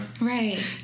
Right